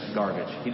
garbage